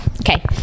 Okay